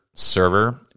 server